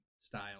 style